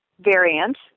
variant